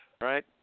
Right